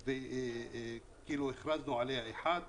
אחת,